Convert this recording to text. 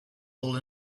all